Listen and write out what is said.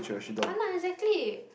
!han nah! exactly